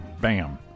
bam